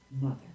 mother